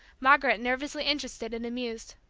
margaret nervously interested and amused.